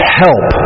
help